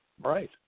Right